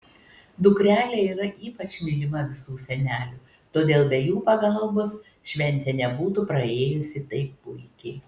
dukrelė yra ypač mylima visų senelių todėl be jų pagalbos šventė nebūtų praėjusi taip puikiai